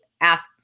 ask